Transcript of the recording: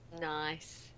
Nice